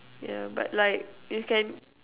yeah but like you can